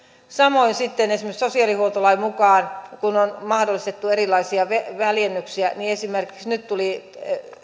samoin esimerkiksi sosiaalihuoltolain mukaan kun on mahdollistettu erilaisia väljennyksiä niin esimerkiksi nyt tuli